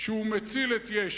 שהוא מציל את יש"ע.